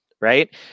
Right